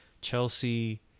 Chelsea